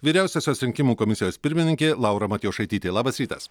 vyriausiosios rinkimų komisijos pirmininkė laura matjošaitytė labas rytas